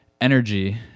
energy